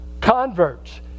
converts